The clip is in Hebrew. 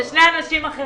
אלה שני אנשים אחרים.